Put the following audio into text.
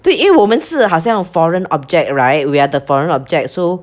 对因为我们是好像 foreign object right we are the foreigner object so